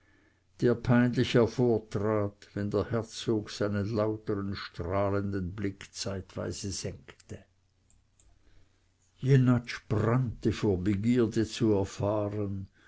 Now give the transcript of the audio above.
der peinlich hervortrat wenn der herzog seinen lautern strahlenden blick zeitweise senkte jenatsch brannte vor begierde zu erfahren